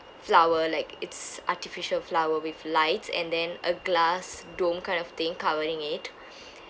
flower like it's artificial flower with lights and then a glass dome kind of thing covering it